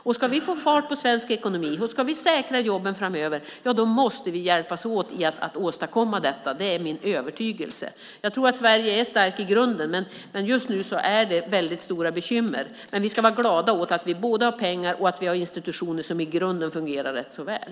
Om vi ska få fart på svensk ekonomi och säkra jobben framöver måste vi hjälpas åt med att åstadkomma det. Det är min övertygelse. Jag tror att Sverige är starkt i grunden, men just nu är det väldigt stora bekymmer. Vi ska vara glada åt att vi har pengar och åt att vi har institutioner som i grunden fungerar rätt så väl.